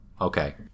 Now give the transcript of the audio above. Okay